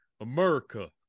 America